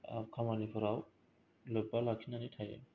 खामानि फोराव लोब्बा लाखिनानै थायो